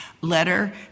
letter